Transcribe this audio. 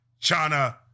China